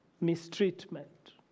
mistreatment